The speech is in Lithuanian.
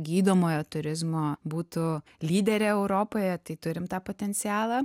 gydomojo turizmo būtų lyderė europoje tai turim tą potencialą